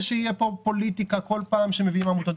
שתהיה פה פוליטיקה בכל פעם שמביאים עמותות.